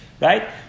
right